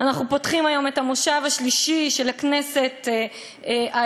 אנחנו פותחים היום את המושב השלישי של הכנסת העשרים,